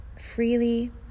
freely